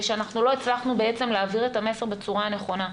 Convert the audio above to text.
ושלא הצלחנו בעצם להעביר את המסר בצורה הנכונה,